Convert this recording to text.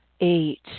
Eight